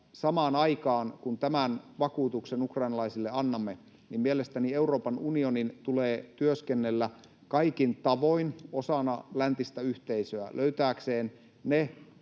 samaan aikaan, kun tämän vakuutuksen ukrainalaisille annamme, mielestäni Euroopan unionin tulee työskennellä kaikin tavoin osana läntistä yhteisöä löytääkseen ne